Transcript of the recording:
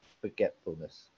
Forgetfulness